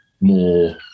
more